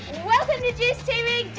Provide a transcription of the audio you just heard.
welcome to juiced tv